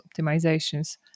optimizations